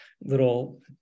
little